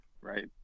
Right